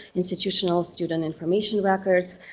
institutional student information records,